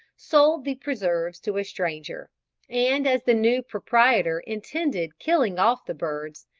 sold the preserves to a stranger and as the new proprietor intended killing off the birds,